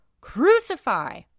Crucify